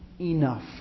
enough